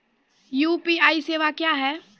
UPI सेवा क्या हैं?